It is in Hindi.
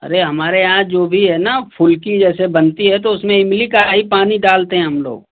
अरे हमारे यहाँ जो भी है न फुलकी जैसे बनती है तो उसमें इमली का ही पानी डालते हैं हमलोग